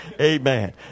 Amen